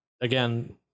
Again